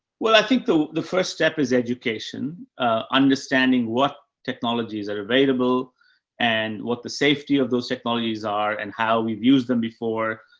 well, i think the the first step is education. ah, understanding what technologies are available and what the safety of those technologies are and how we've used them before,